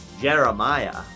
Jeremiah